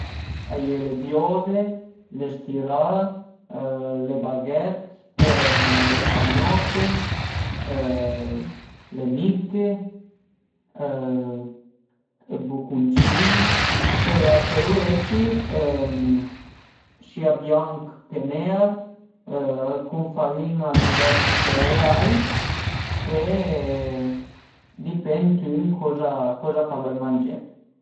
A ie le biove, le stirà, le baguette, le pagnote le miche, i bucuncin e a pölu esi sia bianch che ner, cun farin-a dë diversi cereai e dipend ün coza ch'a völ mangé